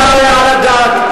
לא יעלה על הדעת,